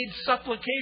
supplication